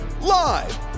live